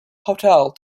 hotel